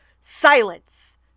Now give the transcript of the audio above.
silence